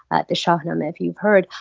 ah the shahnameh, if you've heard,